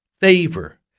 favor